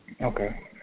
Okay